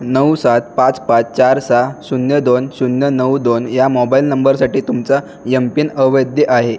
नऊ सात पाच पाच चार सहा शून्य दोन शून्य नऊ दोन या मोबाइल नंबरसाठी तुमचा एम पिन अवैध आहे